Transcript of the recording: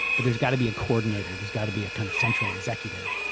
but there's got to be a coordinator, there's got to be a kind of central executive,